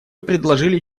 предложили